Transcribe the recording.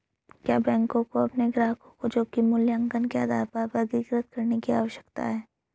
क्या बैंकों को अपने ग्राहकों को जोखिम मूल्यांकन के आधार पर वर्गीकृत करने की आवश्यकता है?